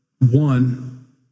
one